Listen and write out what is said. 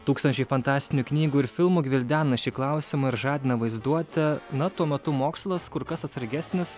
tūkstančiai fantastinių knygų ir filmų gvildena šį klausimą ir žadina vaizduotę na tuo metu mokslas kur kas atsargesnis